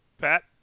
Pat